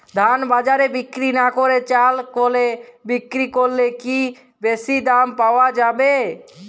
ধান বাজারে বিক্রি না করে চাল কলে বিক্রি করলে কি বেশী দাম পাওয়া যাবে?